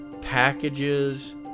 packages